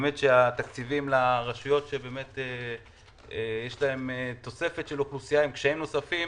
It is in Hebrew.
שיגדלו התקציבים לרשויות שיש להן תוספת של אוכלוסייה עם קשיים נוספים,